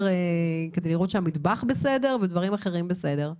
כדי לראות שהמטבח בסדר ודברים אחרים בסדר,